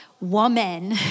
woman